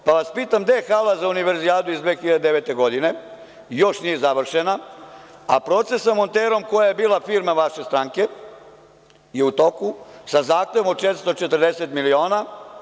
Pitam vas – gde je hala za univerzijadu iz 2009. godine i još nije završena, a proces sa „Monterom“ koja je bila firma vaše stranke je u toku sa zahtevom od 440 miliona?